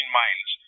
miles